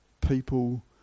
people